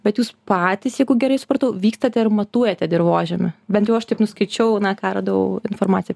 bet jūs patys jeigu gerai supratau vykstate ir matuojate dirvožemį bent jau aš taip nuskaičiau na ką radau informaciją